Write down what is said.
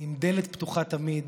עם דלת פתוחה תמיד,